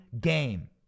game